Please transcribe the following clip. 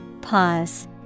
Pause